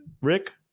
Rick